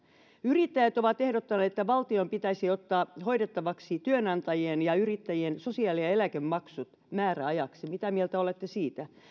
yrittäjät ovat ehdottaneet että valtion pitäisi ottaa hoidettavakseen työnantajien ja yrittäjien sosiaali ja eläkemaksut määräajaksi mitä mieltä olette siitä nostan